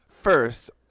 First